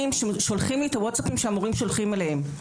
ששולחים לי את הווטסאפים שהמורים שולחים להם.